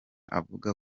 avuga